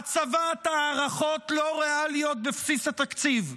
הצבת הערכות לא ריאליות בבסיס התקציב,